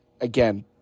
Again